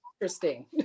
interesting